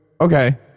Okay